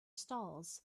stalls